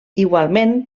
igualment